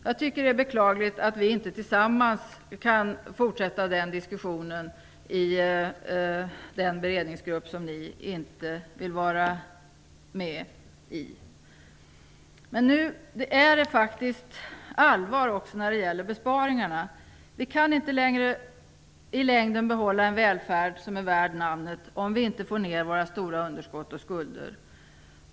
Jag tycker att det är beklagligt att vi inte tillsammans kan fortsätta den diskussionen i den beredningsgrupp som ni nu inte vill vara med i. Det är allvar när det gäller besparingarna. Vi kan inte i längden behålla en välfärd som är värd namnet om vi inte får ner våra stora underskott och skulder.